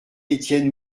étienne